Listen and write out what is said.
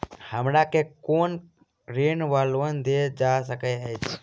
हमरा केँ कुन ऋण वा लोन देल जा सकैत अछि?